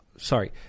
Sorry